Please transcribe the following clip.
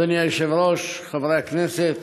אדוני היושב-ראש, חברי הכנסת,